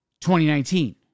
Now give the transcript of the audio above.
2019